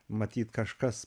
matyt kažkas